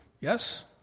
Yes